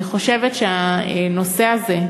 אני חושבת שבנושא הזה,